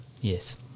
Yes